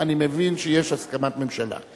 אני מבין שיש הסכמת ממשלה.